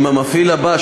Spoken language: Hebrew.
עם המפעיל הבא,